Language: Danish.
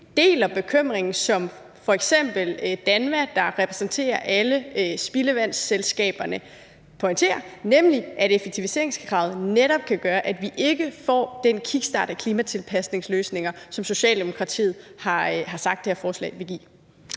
deler bekymringen, som f.eks. DANVA, der repræsenterer alle spildevandsselskaberne, har, og som de pointerer, nemlig at effektiviseringskravet netop kan gøre, at vi ikke får den kickstart af klimatilpasningsløsninger, som Socialdemokratiet har sagt det her forslag vil give?